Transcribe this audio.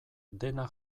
dena